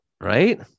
Right